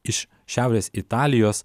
iš šiaurės italijos